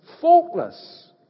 faultless